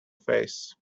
face